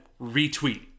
retweet